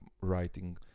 writing